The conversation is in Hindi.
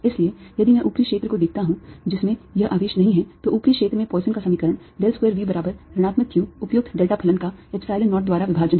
इसलिए यदि मैं ऊपरी क्षेत्र को देखता हूं जिसमें यह आवेश नहीं है तो ऊपरी क्षेत्र में पॉइसन का समीकरण del square V बराबर ऋणात्मक q उपयुक्त delta फलन का Epsilon 0 द्वारा विभाजन है